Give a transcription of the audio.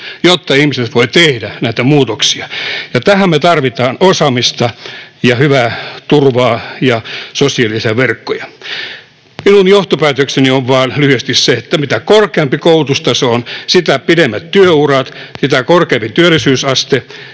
jotta ihmiset voivat tehdä näitä muutoksia, ja tähän me tarvitsemme osaamista ja hyvää turvaa ja sosiaalisia verkkoja. Minun johtopäätökseni on vain lyhyesti se, että mitä korkeampi koulutustaso on, sitä pidemmät työurat, sitä korkeampi työllisyysaste